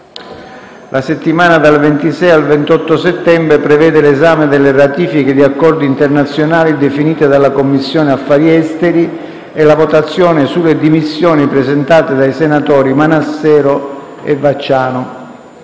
La settimana dal 26 al 28 settembre prevede l'esame delle ratifiche di accordi internazionali definite dalla Commissione affari esteri e la votazione sulle dimissioni presentate dai senatori Manassero e Vacciano.